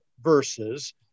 verses